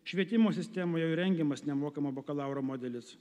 švietimo sistemoj jau rengiamas nemokamo bakalauro modelis